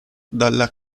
dalla